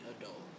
adult